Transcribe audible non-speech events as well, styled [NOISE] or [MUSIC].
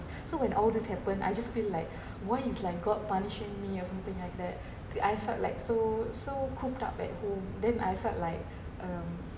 so when all this happened I just feel like [BREATH] why is like god punishing me or something like that I felt like so so cooped up at home then I felt like um